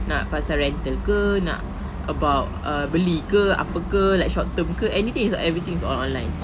nak pasal rental ke nak about uh beli ke apa ke like short term ke anything and everything is now online